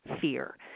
fear